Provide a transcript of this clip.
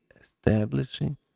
establishing